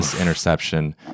interception